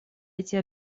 эти